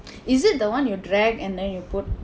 is it the [one] you drag and then you put